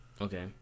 Okay